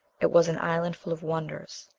it was an island full of wonders.